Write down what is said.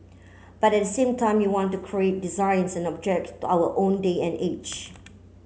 but at the same time we want to create designs and object our own day and age